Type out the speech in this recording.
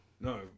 No